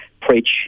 preach